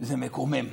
זה מקומם,